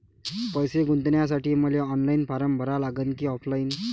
पैसे गुंतन्यासाठी मले ऑनलाईन फारम भरा लागन की ऑफलाईन?